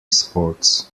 sports